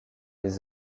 les